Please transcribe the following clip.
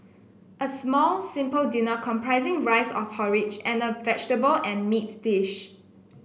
a small simple dinner comprising rice or porridge and a vegetable and meat dish